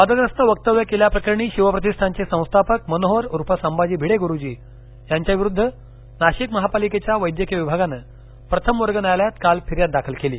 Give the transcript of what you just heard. वादग्रस्त वक्तव्य केल्याप्रकरणी शिवप्रतिष्ठानचे संस्थापक मनोहर उर्फ संभाजी भिडे गुरूजी यांच्याविरुद्ध नाशिक महापालिकेच्या वैद्यकीय विभागानं प्रथम वर्ग न्यायालयात काल फिर्याद दाखल केली